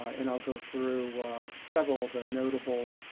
and i'll go through several of the notable